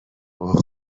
اوه